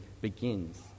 begins